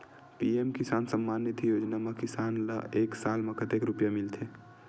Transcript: PM Kisan Samman Nidhi Yojana म किसान ल एक साल म कतेक रुपिया मिलथे?